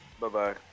Bye-bye